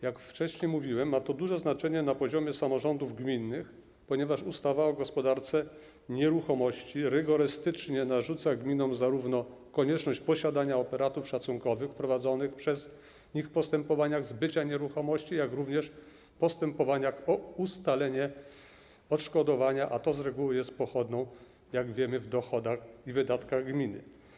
Jak wcześniej mówiłem, ma to duże znaczenie na poziomie samorządów gminnych, ponieważ ustawa o gospodarce nieruchomościami rygorystycznie narzuca gminom konieczność posiadania operatów szacunkowych zarówno w prowadzonych przez nich postępowaniach zbycia nieruchomości, jak i postępowaniach o ustalenie odszkodowania, a to z reguły jest pochodną, jak wiemy, w dochodach i wydatkach gminy.